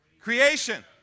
Creation